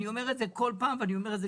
ואני אומר את זה בכל פעם ואני אומר גם